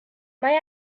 mae